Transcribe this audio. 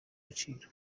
agaciro